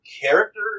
character